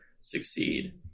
succeed